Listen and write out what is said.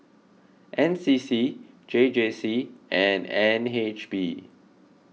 N C C J J C and N H B